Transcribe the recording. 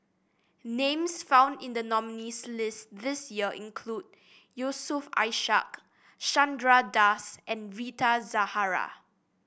names found in the nominees' list this year include Yusof Ishak Chandra Das and Rita Zahara